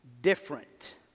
different